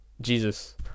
Jesus